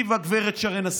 היא וגב' שרן השכל.